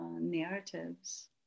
narratives